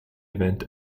event